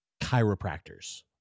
chiropractors